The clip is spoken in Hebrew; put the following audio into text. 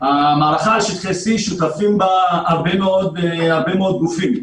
למערכה על שטחי C שותפים הרבה מאוד גופים.